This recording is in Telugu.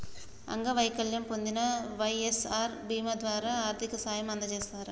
అంగవైకల్యం పొందిన వై.ఎస్.ఆర్ బీమా ద్వారా ఆర్థిక సాయం అందజేస్తారట